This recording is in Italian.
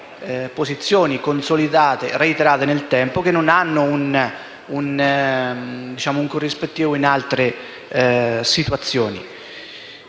posizioni reiterate nel tempo che non hanno un corrispettivo in altre situazioni.